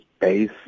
base